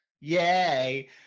yay